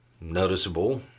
noticeable